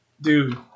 Dude